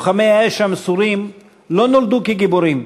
לוחמי האש המסורים לא נולדו כגיבורים